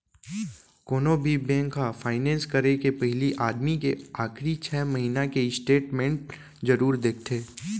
कोनो भी बेंक ह फायनेंस करे के पहिली आदमी के आखरी छै महिना के स्टेट मेंट जरूर देखथे